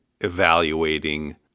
evaluating